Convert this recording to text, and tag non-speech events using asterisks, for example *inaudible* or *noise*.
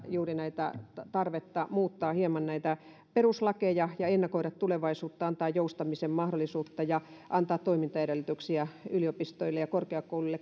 juuri tarvetta muuttaa hieman näitä peruslakeja ja ennakoida tulevaisuutta antaa joustamisen mahdollisuutta ja antaa kaiken kaikkiaan toimintaedellytyksiä yliopistoille ja korkeakouluille *unintelligible*